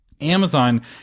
Amazon